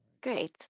Great